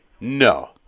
No